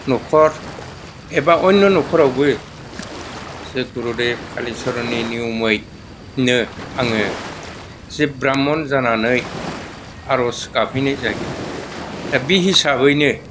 न'खर एबा अयन' न'खरावबो जे गुरुदेब कालिचरननि नियमैनो आङो जे ब्राह्मन जानानै आर'ज गाबहैनाय जाहैयो दा बे हिसाबैनो